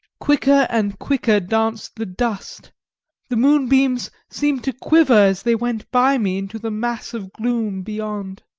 quicker and quicker danced the dust the moonbeams seemed to quiver as they went by me into the mass of gloom beyond.